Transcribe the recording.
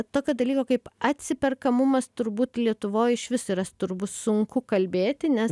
tokio dalyko kaip atsiperkamumas turbūt lietuvoj išvis yra turbūt sunku kalbėti nes